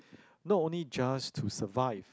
not only just to survive